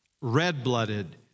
red-blooded